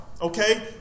okay